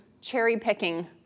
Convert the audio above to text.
cherry-picking